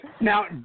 Now